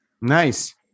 Nice